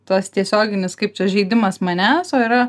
tas tiesioginis kaip čia žeidimas manęs o yra